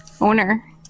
owner